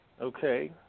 okay